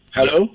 Hello